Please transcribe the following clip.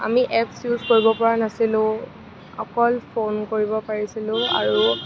আমি apps use কৰিব পৰা নাছিলোঁ অকল ফোন কৰিব পাৰিছিলোঁ আৰু